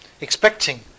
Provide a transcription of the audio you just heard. expecting